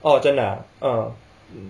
orh 真的 ah